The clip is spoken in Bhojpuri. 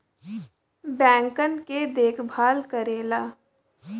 बैंकन के देखभाल करेला